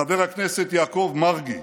חבר הכנסת יעקב מרגי,